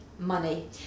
Money